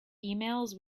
emails